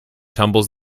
tumbles